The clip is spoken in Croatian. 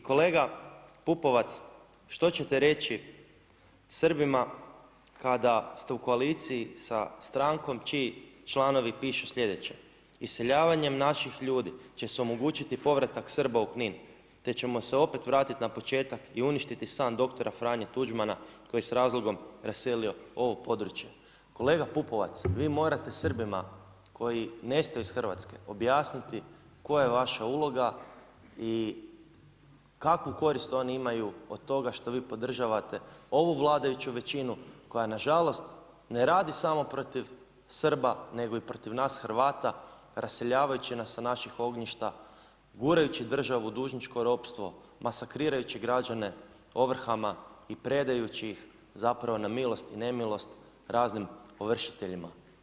I kolega Pupovac, što ćete reći Srbima kada ste u koaliciji sa strankom čiji članovi pišu slijedeće, „Iseljavanjem naših ljudi će se omogućiti povratak Srba u Knin te ćemo se opet vratiti na početak i uništiti san dr. Franje Tuđmana koji je s razlogom raselio ovo područje.“ Kolega Pupovac, vi morate Srbima koji nestaju iz Hrvatske objasniti koja je vaša uloga i kakvu korist oni imaju od toga što vi podržavate ovu vladajuću većinu koja nažalost ne radi samo protiv Srba nego i protiv nas Hrvata raseljavajući nas sa naših ognjišta, gurajući državu u dužničko ropstvo, masakrirajući građane ovrhama i predajući ih na milost i nemilost raznim ovršiteljima.